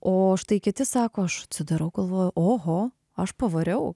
o štai kiti sako aš sudarau galvojau oho aš pavariau